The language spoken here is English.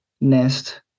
nest